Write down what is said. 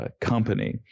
company